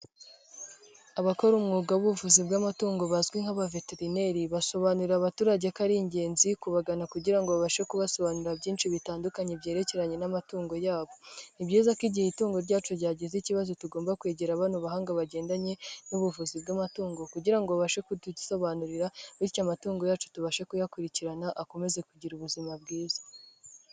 Abakora umwuga w'ubuvuzi bw'amatungo bazwi nk'aba veterineri. Basobanurira abaturage ko ari ingenzi kubagana kugira ngo babashe kubasobanurira byinshi bitandukanye byerekeranye n'amatungo yabo. Ni byiza ko igihe itungo ryacu ryagize ikibazo tugomba kwegera aba bahanga bagendanye n'ubuvuzi bw'amatungo kugira ngo babashe kudusobanurira bityo amatungo yacu tubashe kuyakurikirana akomeze kugira ubuzima bwiza.